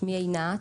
שמי עינת.